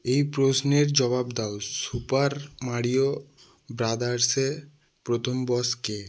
এই প্রশ্নের জবাব দাও সুপার মারিও ব্রাদার্সে প্রথম বস কে